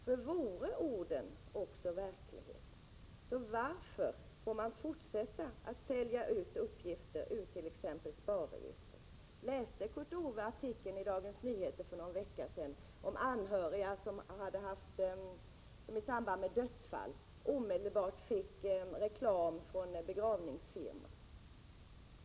För vore orden också verklighet, varför får man i så fall fortsätta att sälja ut uppgifter ur t.ex. SPAR-registret? Läste Kurt Ove Johansson i Dagens Nyheter för någon vecka sedan om anhöriga som i samband med dödsfall omedelbart fick hem reklam från en begravningsfirma?